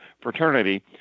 fraternity